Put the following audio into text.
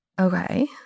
Okay